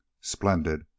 splendid